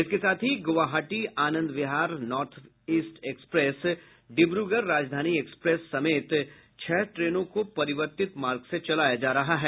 इसके साथ ही Guwahati Anand Vihar northeast express Dibrugarh Rajdhani express समेत छह ट्रेनों को परिवर्तित मार्ग से चलाया जा रहा है